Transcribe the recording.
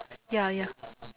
ya ya